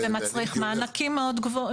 זה מצריך מענקים מאוד גדולים.